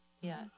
Yes